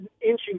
inching